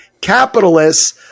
capitalists